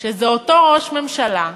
שזה אותו ראש ממשלה,